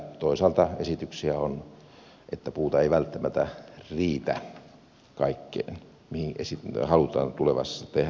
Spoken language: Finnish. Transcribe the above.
toisaalta esityksiä on että puuta ei välttämättä riitä kaikkeen mitä halutaan tulevaisuudessa tehdä ja mihin investoida